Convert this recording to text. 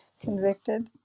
convicted